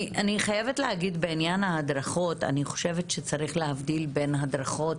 בעניין ההדרכות צריך להבדיל בין הדרכות.